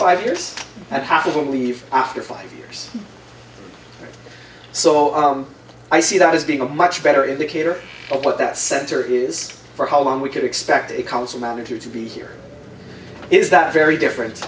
five years and half of them leave after five years so on i see that as being a much better indicator of what that center is for how long we could expect a council manager to be here is that very different